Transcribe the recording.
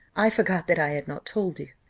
i forgot that i had not told you.